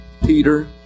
Peter